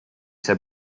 see